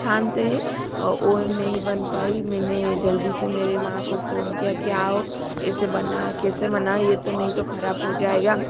छानते है ओ नही बन पाई मैंने जल्दी से मेरे माँ को फोन किया कि आओ इसे बना कैसे बनाये ये तो नहीं तो खराब हो जाएगा